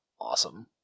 awesome